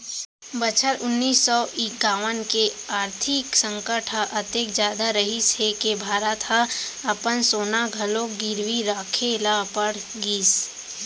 बछर उन्नीस सौ इंकावन के आरथिक संकट ह अतेक जादा रहिस हे के भारत ह अपन सोना घलोक गिरवी राखे ल पड़ गिस